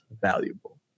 valuable